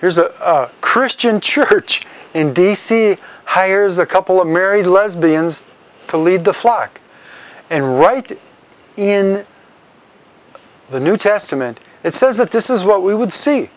here's a christian church in d c hires a couple of married lesbians to lead the flock and write in the new testament it says that this is what we would see